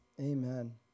Amen